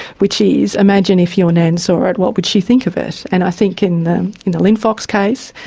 which is imagine if your nan saw it, what would she think of it? and i think in the in the linfox case,